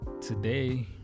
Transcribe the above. Today